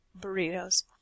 burritos